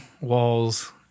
walls